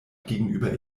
gegenüber